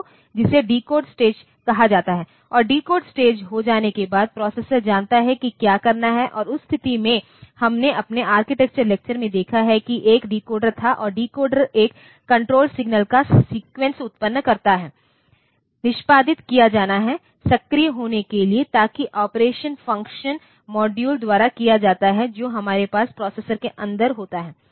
तो जिसे decode stage कहा जाता है और डिकोड स्टेज हो जाने के बाद प्रोसेसर जानता है कि क्या करना है और उस स्थिति में हमने अपने आर्किटेक्चर लेक्चर में देखा है कि एक डिकोडर था और डिकोडर एक कण्ट्रोल सिग्नल का सीक्वेंस उत्तपन करता है निष्पादित किया जाना है सक्रिय होने के लिए ताकि ऑपरेशन फंक्शनल मॉड्यूल द्वारा किया जाता है जो हमारे पास प्रोसेसर के अंदर होता है